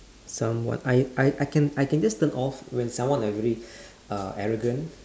somewhat I I can I can just turn off when someone like very arrogant